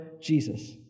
Jesus